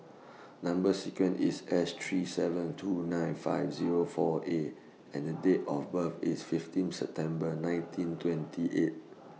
Number sequence IS S three seven two nine five Zero four A and Date of birth IS fifteen September nineteen twenty eight